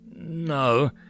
No